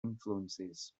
influences